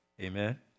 Amen